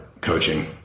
coaching